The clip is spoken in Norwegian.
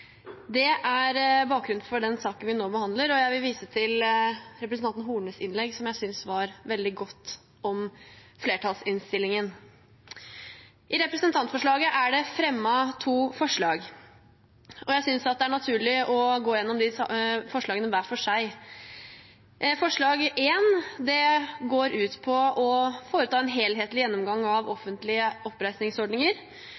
Det er bakgrunnen for den saken vi nå behandler, og jeg vil vise til representanten Hornes innlegg om flertallsinnstillingen, som jeg synes var veldig godt. I Dokument 8:165 er det fremmet to forslag. Jeg synes det er naturlig å gå gjennom de forslagene hver for seg. Forslag nr. 1 gjelder det å foreta en helhetlig gjennomgang av